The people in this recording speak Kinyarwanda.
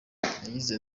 yagize